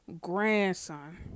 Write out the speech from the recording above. grandson